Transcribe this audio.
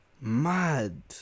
mad